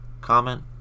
comment